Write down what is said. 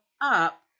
up